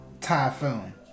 typhoon